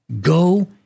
Go